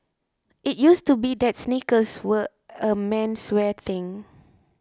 it used to be that sneakers were a menswear thing